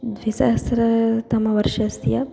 द्विसहस्रतमवर्षस्य